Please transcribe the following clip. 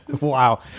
Wow